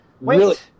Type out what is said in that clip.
Wait